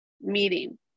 meeting